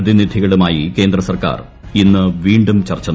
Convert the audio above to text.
പ്രതിനിധികളുമായി കേന്ദ്രസർക്കാർ ഇന്ന് വീണ്ടും ചർച്ച നടത്തും